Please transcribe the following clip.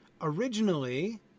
Originally